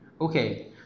okay